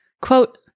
Quote